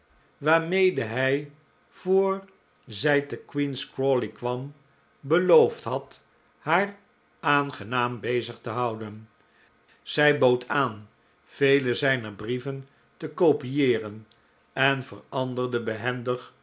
waarmede hij voor zij te queen's crawley kwam beloofd had haar aangenaam bezig te houden zij bood aan vele zijner brieven te copieeren en veranderde behendig